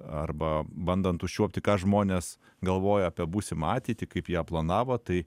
arba bandant užčiuopti ką žmonės galvoja apie būsimą ateitį kaip ją planavo tai